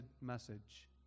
message